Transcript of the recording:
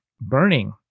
burning